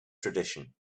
tradition